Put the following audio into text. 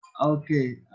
okay